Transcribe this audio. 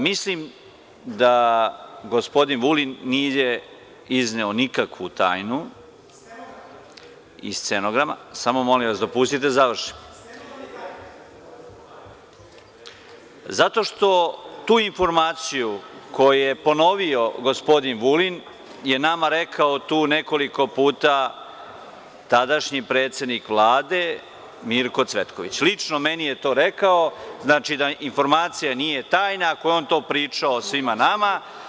Mislim da gospodin Vulin nije izneo nikakvu tajnu. (Balša Božović, s mesta: Iz stenograma.) Dopustite da završim. (Balša Božović, s mesta: Stenogram je tajna.) Zato što je tu informaciju koju je ponovio gospodin Vulin nama rekao tu nekoliko puta tadašnji predsednik Vlade Mirko Cevetković, lično meni je to rekao, znači da informacija nije tajna ako je on to pričao svima nama.